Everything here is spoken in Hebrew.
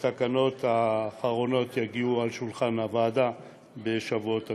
והתקנות האחרונות יגיעו לשולחן הוועדה בשבועות הקרובים.